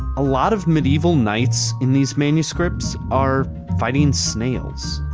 a lot of medieval knights in these manuscripts are. fighting snails.